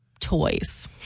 toys